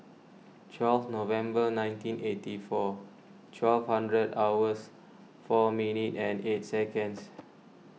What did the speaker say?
twelve November nineteen eighty four twelve hundred hours four minute and eight seconds